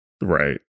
Right